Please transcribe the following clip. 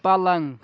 پلنٛگ